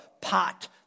pot